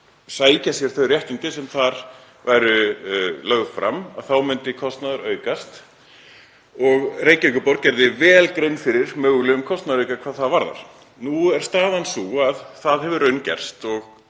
sækja sér þau réttindi sem þar væru lögð fram þá myndi kostnaður aukast og Reykjavíkurborg gerði vel grein fyrir mögulegum kostnaðarauka hvað það varðaði. Nú er staðan sú að það hefur raungerst og